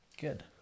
Good